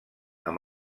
amb